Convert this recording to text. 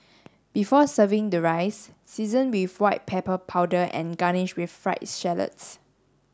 before serving the rice season with white pepper powder and garnish with fried shallots